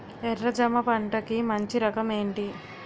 ఎర్ర జమ పంట కి మంచి రకం ఏంటి?